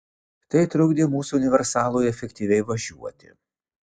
tai trukdė mūsų universalui efektyviai važiuoti